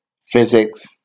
Physics